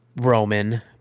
Roman